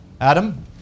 Adam